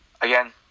again